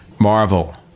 Marvel